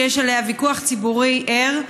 שיש עליה ויכוח ציבורי ער,